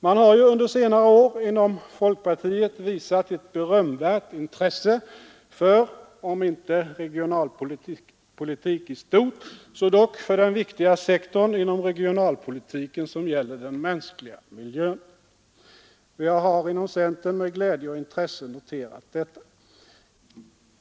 Man har under senare år inom folkpartiet visat ett berömvärt intresse för om inte regionalpolitik i stort så dock den viktiga sektor inom regionalpolitiken som gäller den mänskliga miljön. Vi har inom centern med glädje och intresse noterat detta.